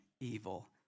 evil